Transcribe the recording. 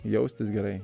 jaustis gerai